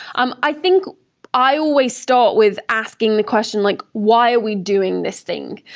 um i think i always start with asking the question, like why are we doing this thing?